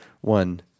one